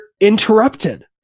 interrupted